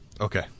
Okay